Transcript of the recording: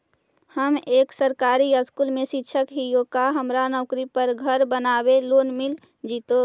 हम एक सरकारी स्कूल में शिक्षक हियै का हमरा नौकरी पर घर बनाबे लोन मिल जितै?